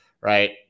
right